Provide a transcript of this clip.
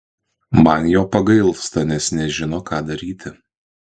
man jo pagailsta nes nežino ką daryti